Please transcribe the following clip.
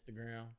Instagram